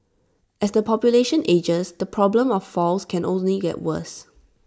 as the population ages the problem of falls can only get worse